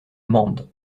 mende